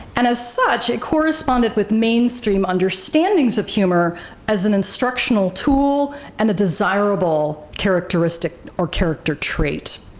and as such it corresponded with mainstream understandings of humor as an instructional tool and a desirable characteristic or character trait.